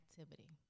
activity